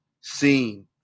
seen